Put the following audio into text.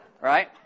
right